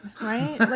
right